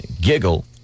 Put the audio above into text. giggle